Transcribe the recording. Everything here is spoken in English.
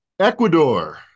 Ecuador